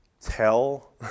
tell